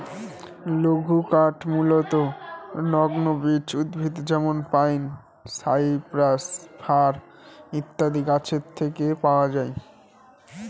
লঘুকাঠ মূলতঃ নগ্নবীজ উদ্ভিদ যেমন পাইন, সাইপ্রাস, ফার ইত্যাদি গাছের থেকে পাওয়া যায়